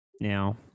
Now